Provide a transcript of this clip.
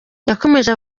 yakomeje